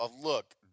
look